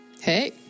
Hey